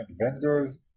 vendors